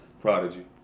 Prodigy